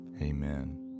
Amen